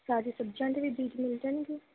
ਸਾਰੀ ਸਬਜ਼ੀਆਂ ਦੇ ਵੀ ਬੀਜ ਮਿਲ ਜਾਣਗੇ